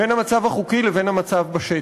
בין המצב החוקי לבין המצב בשטח.